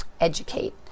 educate